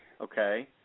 Okay